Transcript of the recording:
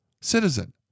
citizen